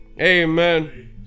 amen